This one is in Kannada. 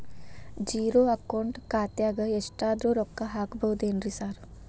ಝೇರೋ ಅಕೌಂಟ್ ಖಾತ್ಯಾಗ ಎಷ್ಟಾದ್ರೂ ರೊಕ್ಕ ಹಾಕ್ಬೋದೇನ್ರಿ ಸಾರ್?